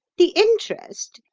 the interest,